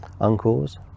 uncles